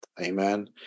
Amen